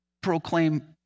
proclaim